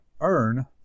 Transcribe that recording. earn